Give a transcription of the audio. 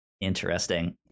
interesting